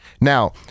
Now